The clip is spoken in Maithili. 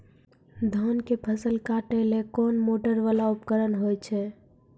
धान के फसल काटैले कोन मोटरवाला उपकरण होय छै?